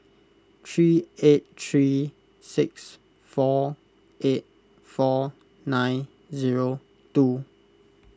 three eight three six four eight four nine zero two